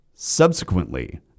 Subsequently